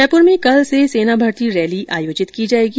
जयपुर में कल से सेना भर्ती रैली आयोजित की जायेगी